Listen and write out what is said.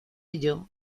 ello